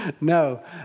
no